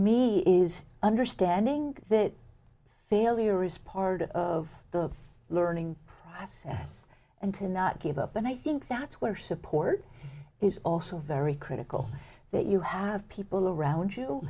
me is understanding that failure is part of the learning process and to not give up and i think that's where support is also very critical that you have people around you